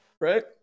right